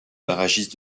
barragiste